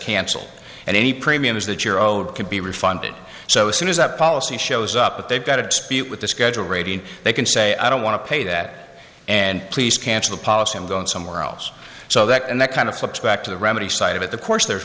cancel and any premiums that you're owed could be refunded so as soon as that policy shows up they've got a dispute with the schedule rating they can say i don't want to pay that and please cancel the policy and go on somewhere else so that and that kind of flips back to the remedy side of it the course there